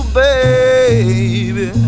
baby